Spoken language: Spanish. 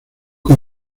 con